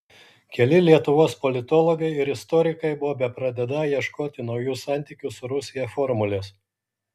keli lietuvos politologai ir istorikai buvo bepradedą ieškoti naujų santykių su rusija formulės